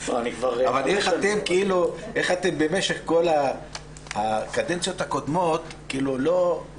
אבל איך אתם במשך כל הקדנציות הקודמות לא טיפלתם בנושא?